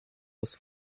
was